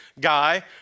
guy